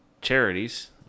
charities